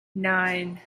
nine